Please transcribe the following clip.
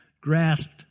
grasped